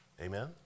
Amen